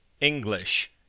English